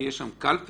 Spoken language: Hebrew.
שתהיה שם קלפי,